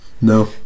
no